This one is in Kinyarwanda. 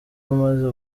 umaze